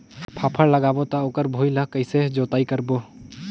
फाफण लगाबो ता ओकर भुईं ला कइसे जोताई करबो?